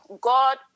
God